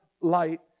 light